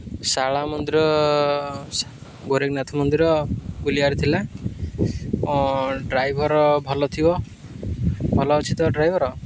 ଶାଳା ମନ୍ଦିର ଗୋରେଗନାଥ ମନ୍ଦିର ବୁଲିବାର ଥିଲା ଡ୍ରାଇଭର୍ ଭଲ ଥିବ ଭଲ ଅଛି ତ ଡ୍ରାଇଭର୍